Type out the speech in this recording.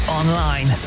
online